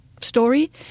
story